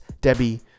debbie